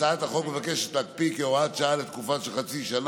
אתה באמת מעלה שאלה בנושא שאנחנו עסוקים בו בתקופה האחרונה ימים ולילות